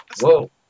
Whoa